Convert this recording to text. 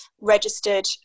registered